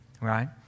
right